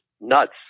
nuts